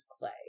Clay